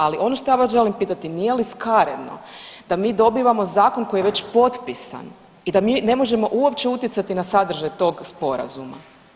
Ali, ono što ja vas želim pitati, nije li skaredno da mi dobivamo zakon koji je već potpisan i da mi ne možemo uopće utjecati na sadržaj tog Sporazuma?